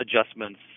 adjustments